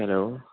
hello